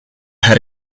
had